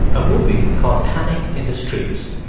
a movie called panic in the streets.